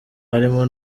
harimo